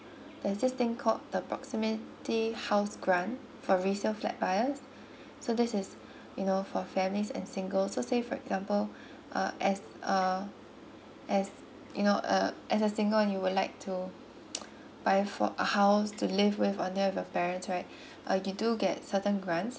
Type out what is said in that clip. there's this thing called called the proximity house grant for resale flat buyer so this is you know for families and single so say for example uh as a as you know a as a single and you would like to buy for a house to live with on there with your parents right uh you do get certain grants